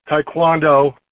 Taekwondo